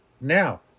Now